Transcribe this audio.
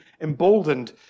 emboldened